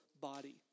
body